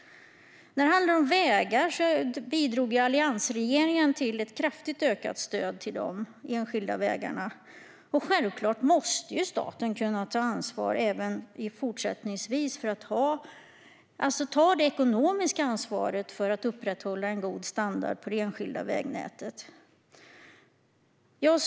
När det handlar om vägar bidrog alliansregeringen till ett kraftigt ökat stöd till de enskilda vägarna. Staten måste självklart även fortsättningsvis kunna ta det ekonomiska ansvaret för att upprätthålla en god standard på det enskilda vägnätet.